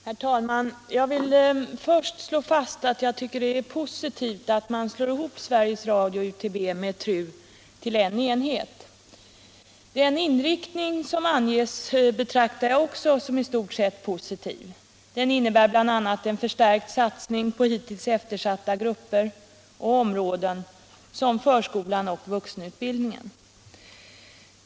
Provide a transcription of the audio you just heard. Herr talman! Jag vill först slå fast att det är positivt att man för samman SR/UTB med TRU till en enhet. Den inriktning som anges betraktar jag också som i stort sett positiv. Den innebär bl.a. en förstärkt satsning på hittills eftersatta grupper och områden såsom förskolan och vuxenutbildningen.